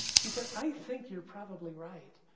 he said, i think you're probably right.